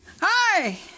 Hi